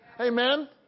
Amen